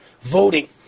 voting